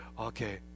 okay